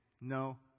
No